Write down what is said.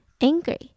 angry